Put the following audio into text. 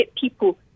people